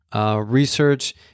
research